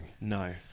No